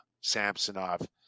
Samsonov